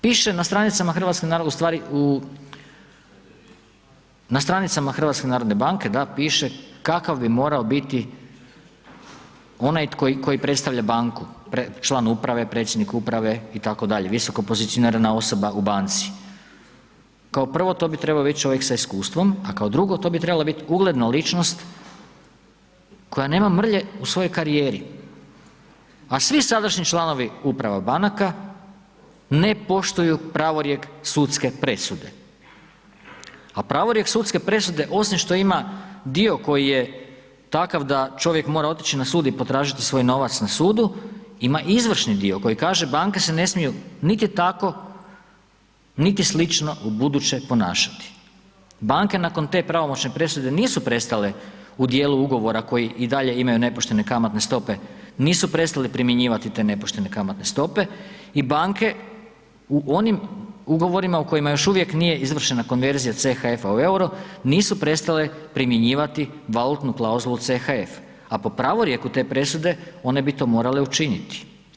Piše na stranicama HNB-a, ustvari u, na stranicama HNB-a da piše kakav bi morao biti onaj koji predstavlja banku, član uprave, predsjednik uprave itd., visokopozicionirana osoba u banci, kao prvo to bi trebao bit čovjek sa iskustvom, a kao drugo to bi trebala bit ugledna ličnost koja nema mrlje u svojoj karijeri, a svi sadašnji članovi uprava banaka ne poštuju pravorijek sudske presude, a pravorijek sudske presude osim što ima dio koji je takav da čovjek mora otići na sud i potražiti svoj novac na sudu, ima i izvršni dio koji kaže banke se ne smiju niti tako, niti slično ubuduće ponašati, banke nakon te pravomoćne presude nisu prestale u dijelu ugovora koji i dalje imaju nepoštene kamatne stope, nisu prestale primjenjivati te nepoštene kamatne stope i banke u onim ugovorima u kojima još uvijek nije izvršena konverzija CHF-a u EUR-u nisu prestale primjenjivati valutnu klauzulu CHF, a po pravorijeku te presude one bi to morale učiniti.